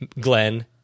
Glenn